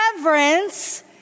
reverence